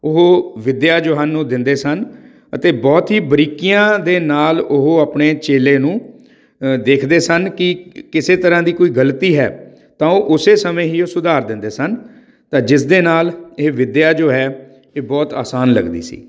ਉਹ ਵਿੱਦਿਆ ਜੋ ਹਨ ਉਹ ਦਿੰਦੇ ਸਨ ਅਤੇ ਬਹੁਤ ਹੀ ਬਰੀਕੀਆਂ ਦੇ ਨਾਲ ਉਹ ਆਪਣੇ ਚੇਲੇ ਨੂੰ ਅ ਦੇਖਦੇ ਸਨ ਕਿ ਕਿਸੇ ਤਰ੍ਹਾਂ ਦੀ ਕੋਈ ਗਲਤੀ ਹੈ ਤਾਂ ਉਹ ਉਸੇ ਸਮੇਂ ਹੀ ਉਹ ਸੁਧਾਰ ਦਿੰਦੇ ਸਨ ਤਾਂ ਜਿਸ ਦੇ ਨਾਲ ਇਹ ਵਿੱਦਿਆ ਜੋ ਹੈ ਇਹ ਬਹੁਤ ਅਸਾਨ ਲੱਗਦੀ ਸੀ